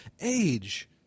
age